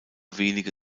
wenige